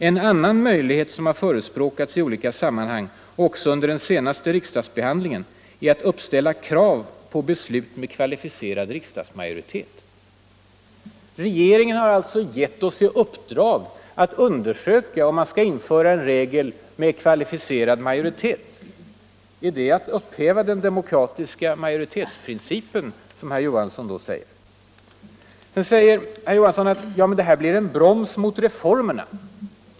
En annan möjlighet, som har förespråkats i olika sammanhang och också under den senaste riksdagsbehandlingen, är att uppställa krav på beslut med kvalificerad riksdagsmajoritet.” Regeringen har alltså gett oss i uppdrag att undersöka om man skall införa en regel om kvalificerad majoritet. Är det att upphäva ”den demokratiska majoritetsprincipen”, som herr Johansson säger? Sedan säger herr Johansson: Det här blir en broms mot reformerna.